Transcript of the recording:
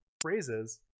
phrases